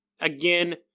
Again